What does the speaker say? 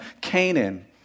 Canaan